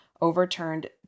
overturned